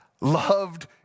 loved